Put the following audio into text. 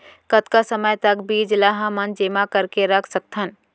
कतका समय तक बीज ला हमन जेमा करके रख सकथन?